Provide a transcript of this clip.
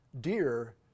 dear